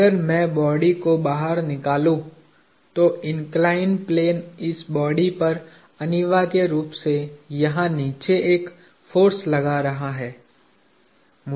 अगर मैं बॉडी को बाहर निकालूं तो इन्कलाईन्ड प्लेन इस बॉडी पर अनिवार्य रूप से यहाँ नीचे एक फोर्स लगा रहा है